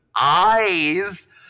eyes